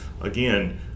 again